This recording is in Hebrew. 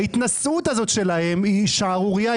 ההתנשאות הזאת שלהם היא שערורייה,